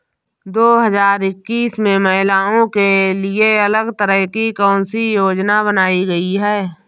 दो हजार इक्कीस में महिलाओं के लिए अलग तरह की कौन सी योजना बनाई गई है?